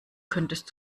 könntest